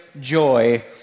joy